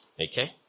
Okay